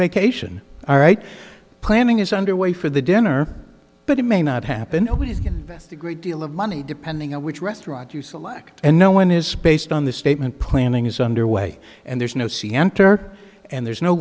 vacation all right planning is underway for the dinner but it may not happen always invest a great deal of money depending on which restaurant you select and no one is based on the statement planning is underway and there's no sea enter and there's no